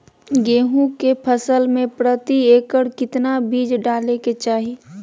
गेहूं के फसल में प्रति एकड़ कितना बीज डाले के चाहि?